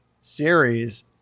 series